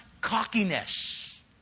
cockiness